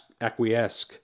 acquiesce